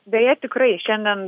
beje tikrai šiandien